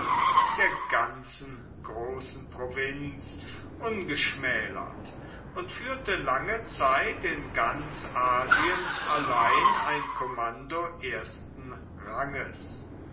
der ganzen großen provinz ungeschmälert und führte lange zeit in ganz asien allein ein kommando ersten ranges